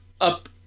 up